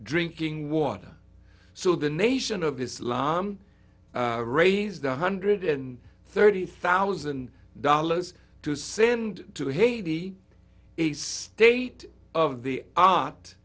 drinking water so the nation of islam raised one hundred and thirty thousand dollars to send to haiti a state of the a